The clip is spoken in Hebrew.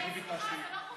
סליחה,